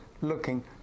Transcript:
looking